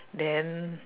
then